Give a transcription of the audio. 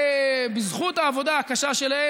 ושם תוכלו,